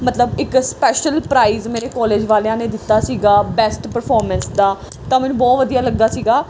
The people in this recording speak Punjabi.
ਮਤਲਬ ਇੱਕ ਸਪੈਸ਼ਲ ਪ੍ਰਾਈਜ ਮੇਰੇ ਕੋਲਜ ਵਾਲਿਆਂ ਨੇ ਦਿੱਤਾ ਸੀਗਾ ਬੈਸਟ ਪਰਫੋਰਮੈਂਸ ਦਾ ਤਾਂ ਮੈਨੂੰ ਬਹੁਤ ਵਧੀਆ ਲੱਗਾ ਸੀਗਾ